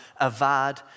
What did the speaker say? avad